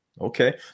Okay